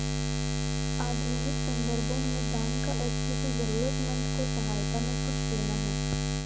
आधुनिक सन्दर्भों में दान का अर्थ किसी जरूरतमन्द को सहायता में कुछ देना है